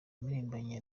impirimbanyi